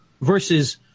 versus